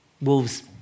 Wolves